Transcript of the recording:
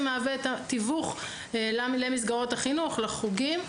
מהווה את התיווך למסגרות החינוך לחוגים.